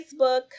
Facebook